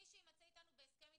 מי שיימצא אתנו בהסכם התקשרות,